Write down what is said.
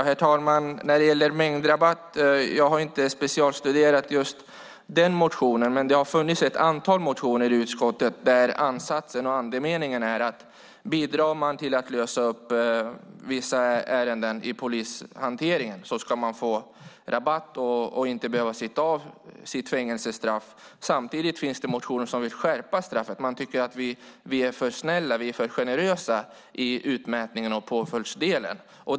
Herr talman! Jag har inte specialstuderat motionen om mängdrabatt, men det har funnits ett antal motioner i utskottet där ansatsen och andemeningen är att bidrar man till att lösa vissa ärenden i polishanteringen ska man få rabatt och inte behöva sitt av sitt fängelsestraff. Samtidigt finns det motioner som vill skärpa straffen. Man tycker att vi är för snälla och för generösa i utmätningen och påföljdsdelen.